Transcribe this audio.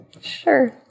Sure